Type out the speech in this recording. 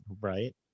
Right